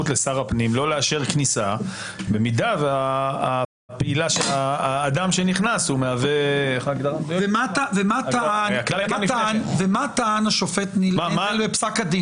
לשיטתך במשך הרבה שנים פתאום ידע להעביר את הקו הזה אם נגיד אותו